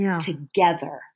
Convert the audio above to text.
together